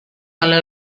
alla